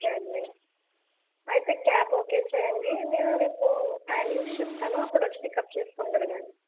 ఆ ఓకే అండి అయితే క్యాబ్ ఓకే చేయండి నేను రేపు టైమింగ్స్ చెప్తాను అప్పుడు వచ్చి పికప్ చేసుకుందురు కానీ